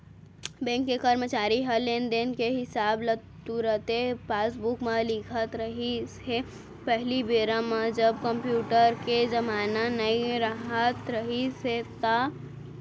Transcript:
bank के करमचारी ह लेन देन के हिसाब ल तुरते पासबूक म लिखत रिहिस हे पहिली बेरा म जब कम्प्यूटर के जमाना नइ राहत रिहिस हे ता